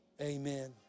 amen